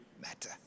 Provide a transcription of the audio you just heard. matter